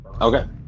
Okay